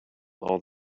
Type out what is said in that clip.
all